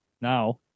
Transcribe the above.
now